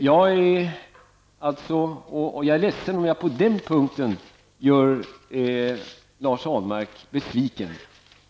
Jag är ledsen om jag på den punkten gör Lars Ahlmark besviken.